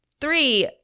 three